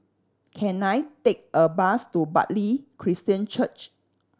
can I take a bus to Bartley Christian Church